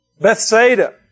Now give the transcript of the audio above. Bethsaida